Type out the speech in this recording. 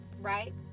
right